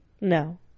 No